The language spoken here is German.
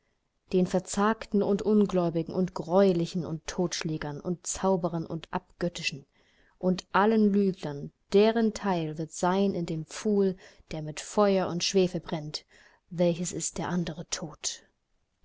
den verzagten und ungläubigen und greulichen und totschlägern und zauberern und abgöttischen und allen lügnern deren teil wird sein in dem pfuhl der mit feuer und schwefel brennt welches ist der andere tod